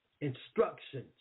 instructions